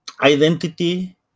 identity